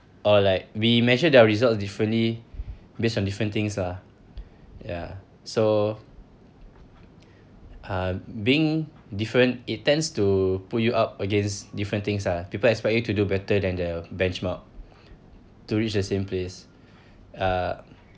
or like we measure their results differently based on different things lah ya so uh being different it tends to put you up against different things lah people expect you to do better than the benchmark to reach the same place uh